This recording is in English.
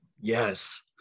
yes